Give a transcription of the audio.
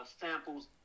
samples